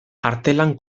artelan